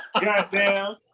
goddamn